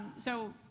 so,